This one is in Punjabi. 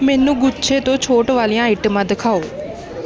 ਮੈਨੂੰ ਗੁੱਛੇ ਤੋਂ ਛੋਟ ਵਾਲੀਆਂ ਆਈਟਮਾਂ ਦਿਖਾਓ